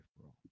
bro